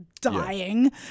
dying